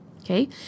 Okay